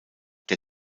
der